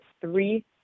three